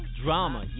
drama